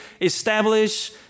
establish